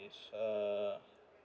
it's uh